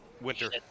winter